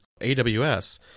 AWS